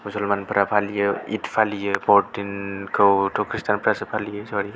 मुसलमानफोरा फालियो इद फालियो बरदिनखौथ' ख्रिष्टान फोरासो फालियो सरि